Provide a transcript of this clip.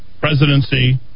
presidency